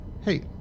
hey